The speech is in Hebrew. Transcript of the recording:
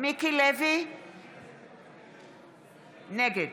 נגד